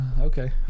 okay